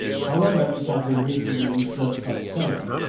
however it had been recently usurped by the senate,